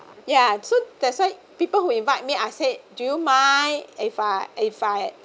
ya so that's why people who invite me I said do you mind if I if I